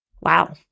Wow